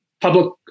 public